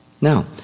Now